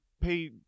pay